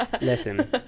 listen